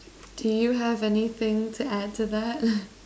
do you have anything to add to that